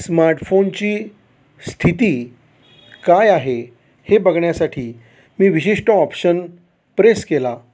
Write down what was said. स्मार्टफोनची स्थिती काय आहे हे बघण्यासाठी मी विशिष्ट ऑप्शन प्रेस केला